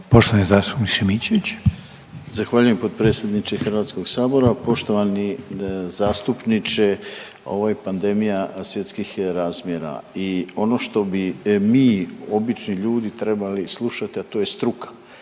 **Šimičević, Rade (HDZ)** Zahvaljujem potpredsjedniče HS. Poštovani zastupniče, ovo je pandemija svjetskih razmjera i ono što bi mi obični ljudi trebali slušat, a to je struka.